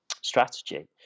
strategy